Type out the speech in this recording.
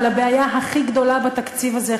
אבל הבעיה הכי גדולה בתקציב הזה,